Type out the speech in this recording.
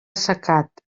assecat